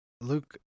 Luke